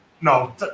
No